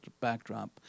backdrop